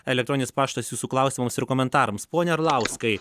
elektroninis paštas jūsų klausimams ir komentarams pone arlauskai